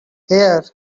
here